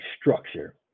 structure